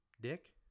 Dick